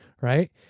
right